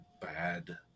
bad